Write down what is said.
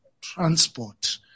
transport